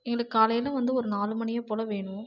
எங்களுக்கு காலையில் வந்து ஒரு நாலு மணியை போல் வேணும்